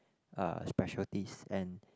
uh specialties and